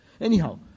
Anyhow